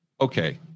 Okay